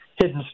hidden